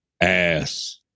Ass